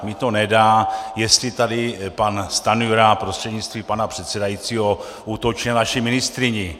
Mně to nedá, jestli tady pan Stanjura prostřednictvím pana předsedajícího útočil na naši ministryni.